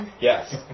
Yes